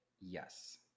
Yes